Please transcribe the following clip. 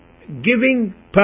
giving